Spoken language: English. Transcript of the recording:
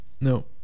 No